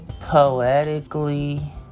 poetically